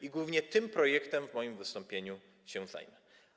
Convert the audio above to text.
I głównie tym projektem w moim wystąpieniu się zajmę.